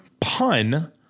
pun